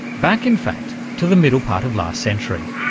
back, in fact, to the middle part of last century.